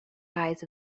eyes